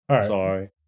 Sorry